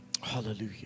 Hallelujah